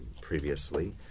previously